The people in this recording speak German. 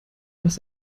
was